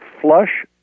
flush